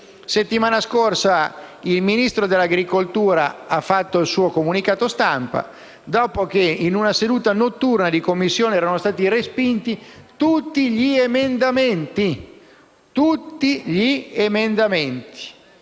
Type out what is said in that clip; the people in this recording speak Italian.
settimana scorsa, il Ministro dall'agricoltura ha fatto il suo comunicato stampa, dopo che in una seduta notturna in Commissione erano stati respinti tutti gli emendamenti, sia quelli presentati